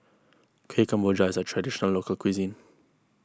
Kuih Kemboja is a Traditional Local Cuisine